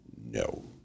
No